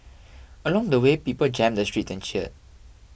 along the way people jammed the street and cheered